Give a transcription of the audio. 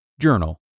Journal